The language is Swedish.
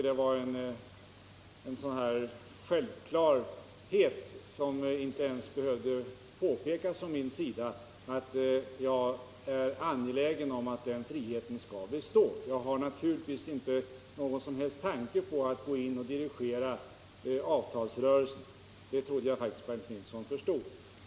Självklart menar jag, att den friheten skall bestå. Jag har naturligtvis inte någon som helst tanke på att gå in och dirigera avtalsrörelsen — det trodde jag faktiskt Bernt Nilsson förstod.